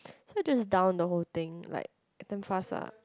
so I just down the whole thing like damn fast lah